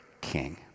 king